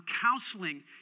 counseling